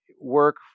work